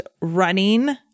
running